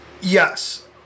Yes